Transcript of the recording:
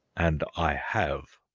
and i have.